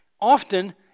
Often